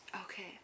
Okay